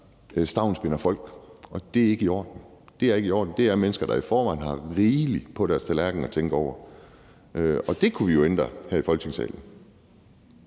det er ikke i orden – det er ikke i orden. Det er mennesker, der i forvejen har rigeligt på deres tallerken at tænke over, og det kunne vi jo ændre her i Folketingssalen,